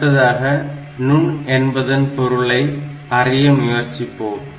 அடுத்ததாக நுண் என்பதன் பொருளை அறிய முயற்சிப்போம்